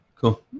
cool